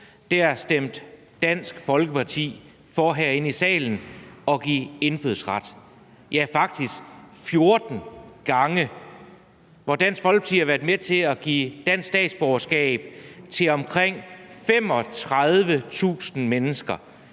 2002 stemte Dansk Folkeparti for herinde i salen at give indfødsret. Faktisk er det 14 gange, at Dansk Folkeparti har været med til at give dansk statsborgerskab – til omkring 35.000 mennesker!